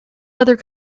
other